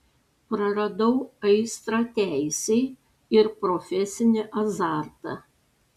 praradau aistrą teisei ir profesinį azartą